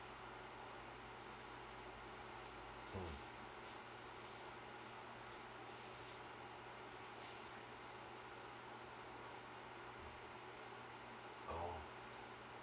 mm oh